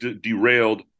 derailed